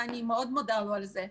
ואני מאוד מודה לו על זה: